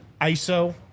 ISO